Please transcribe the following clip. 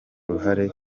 uruhare